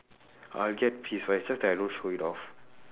orh I'll get pissed but it's just that I don't show it off